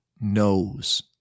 knows